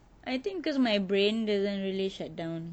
I think because my brain doesn't really shut down